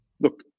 look